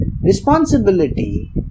responsibility